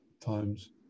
times